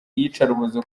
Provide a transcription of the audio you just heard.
iyicarubozo